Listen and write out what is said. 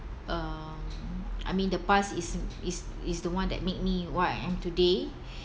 um I mean the past is is is the one that make me what I am today